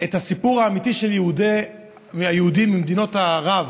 הסיפור האמיתי של היהודים ממדינות ערב,